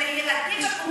שזה לילדים בקבוצות סיכון,